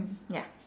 ya